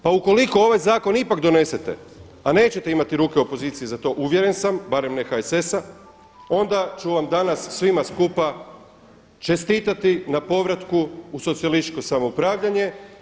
Pa ukoliko ovaj zakon ipak donesete, a nećete imati ruke opozicije u to uvjeren sam, barem ne HSS-a onda ću vam danas svima skupa čestitati na povratku u socijalističko upravljanje.